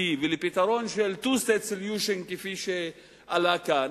ולפתרון של two state solution כפי שעלה כאן,